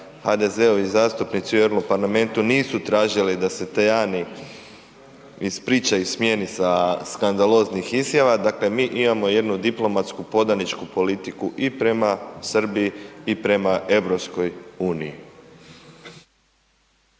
HDZ-ovi zastupnici u Europarlamentu nisu tražili da se Tajani ispriča i smijeni sa skandaloznih izjava, dakle, mi imamo jednu diplomatsku podaničku politiku i prema Srbiji i prema EU.